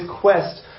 quest